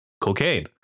cocaine